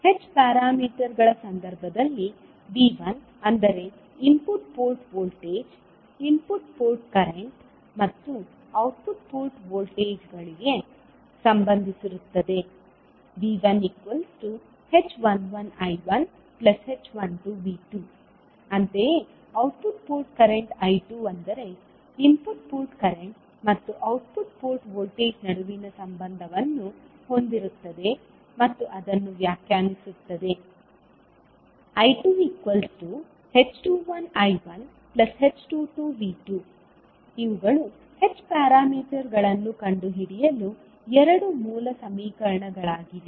H ಪ್ಯಾರಾಮೀಟರ್ಗಳ ಸಂದರ್ಭದಲ್ಲಿ V1 ಅಂದರೆ input port voltage input port current ಮತ್ತು ಔಟ್ಪುಟ್ ಪೋರ್ಟ್ ವೋಲ್ಟೇಜ್ಗಳಿಗೆ ಸಂಬಂಧಿಸಿರುತ್ತದೆ V1h11I1h12V2 ಅಂತೆಯೇ ಔಟ್ಪುಟ್ ಪೋರ್ಟ್ ಕರೆಂಟ್ I2 ಅಂದರೆ ಇನ್ಪುಟ್ ಪೋರ್ಟ್ ಕರೆಂಟ್ ಮತ್ತು ಔಟ್ಪುಟ್ ಪೋರ್ಟ್ ವೋಲ್ಟೇಜ್ ನಡುವಿನ ಸಂಬಂಧವನ್ನು ಹೊಂದಿರುತ್ತದೆ ಮತ್ತು ಅದನ್ನು ವ್ಯಾಖ್ಯಾನಿಸುತ್ತದೆ I2h21I1h22V2 ಇವುಗಳು h ಪ್ಯಾರಾಮೀಟರ್ಗಳನ್ನು ಕಂಡುಹಿಡಿಯಲು ಎರಡು ಮೂಲ ಸಮೀಕರಣಗಳಾಗಿವೆ